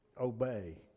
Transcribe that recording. obey